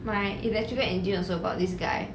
my electrical engineering also got this guy